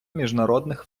міжнародних